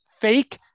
fake